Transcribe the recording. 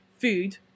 food